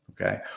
okay